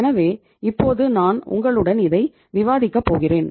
எனவே இப்போது நான் உங்களுடன் இதை விவாதிக்கப் போகிறேன்